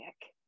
dick